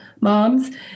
moms